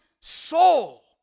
soul